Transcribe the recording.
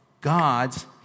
God's